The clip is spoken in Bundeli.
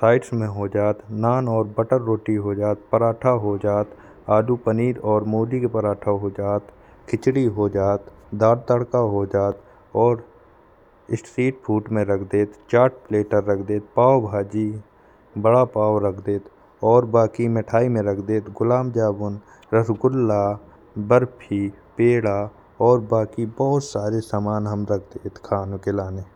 साइड्स में हो जात। नान और बटर रोटी हो जात पराठा हो जात, आलू पनीर और मूली के पराठा हो जात, खिचड़ी और दाल तड़का हो जात। और स्ट्रीट फूड में रख देत, चाट प्लैटर रख देत, पाव भाजी बड़ा पाव रख देत। और बाकी मिठाई में रख देत गुलाबजामुन, रसगुल्ला, बर्फी, पेड़ा और बाकी बहुत सारे हम सामान रख देत खान के लाने।